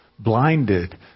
blinded